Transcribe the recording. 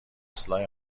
اصلاح